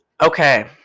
okay